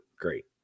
Great